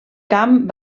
camp